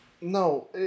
No